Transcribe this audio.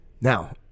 now